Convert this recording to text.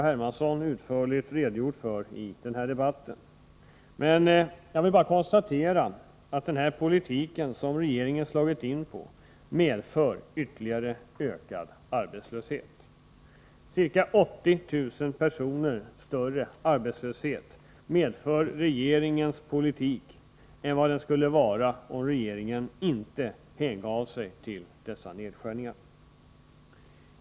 Hermansson utförligt redogjort för tidigare i denna debatt — utan jag vill bara konstatera att den politik som regeringen slagit in på medför ytterligare ökad arbetslöshet. Ca 80 000 personer större arbetslöshet medför regeringens politik än vad den skulle vara om regeringen inte hängav sig åt nedskärningar.